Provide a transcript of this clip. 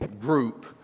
group